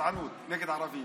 גזענות נגד ערבים.